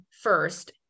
first